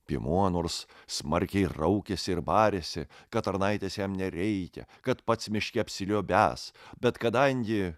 piemuo nors smarkiai raukėsi ir barėsi kad tarnaitės jam nereikia kad pats miške apsiliuobęs bet kadangi